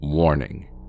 Warning